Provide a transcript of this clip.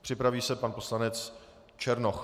Připraví se pan poslanec Černoch.